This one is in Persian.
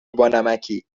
بانمکی